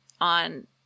on